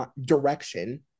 direction